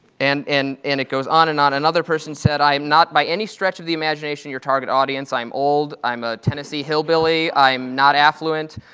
and and and it goes on and on. another person said, i am not by any stretch of the imagination your target audience. i am old. i'm a tennessee hillbilly. i'm not affluent.